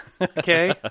Okay